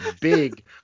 big